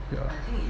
yeah